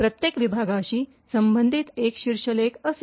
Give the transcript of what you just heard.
प्रत्येक विभागाशी संबंधित एक शीर्षलेख असेल